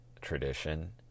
tradition